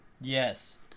Yes